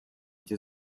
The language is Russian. эти